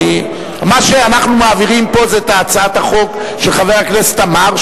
מה שאנחנו מעבירים פה זה הצעת החוק של חבר הכנסת עמאר,